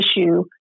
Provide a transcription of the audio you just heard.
issue